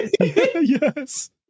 Yes